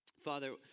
Father